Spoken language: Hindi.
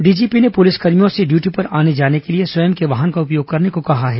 डीजीपी ने पुलिसकर्मियों से ड्यूटी पर आने जाने के लिए स्वयं के वाहन का उपयोग करने को कहा है